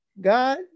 God